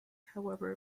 however